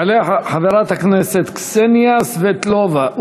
תעלה חברת הכנסת קסניה סבטלובה,